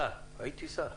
שר, והייתי שר,